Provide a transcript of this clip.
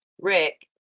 Rick